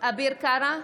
אביר קארה,